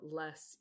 less